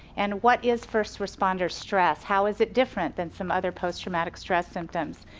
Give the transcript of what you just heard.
and what is first responder stress. how is it different than some other post traumatic stress symptoms.